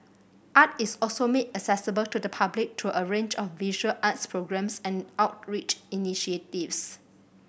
art is also made accessible to the public through a range of visual arts programmes and outreach initiatives